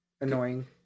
annoying